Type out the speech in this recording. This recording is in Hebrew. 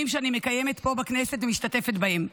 שאני מקיימת פה בכנסת ומשתתפת בהם: